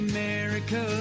America